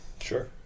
Sure